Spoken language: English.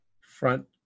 front